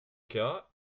cas